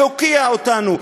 להוקיע אותנו.